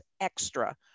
extra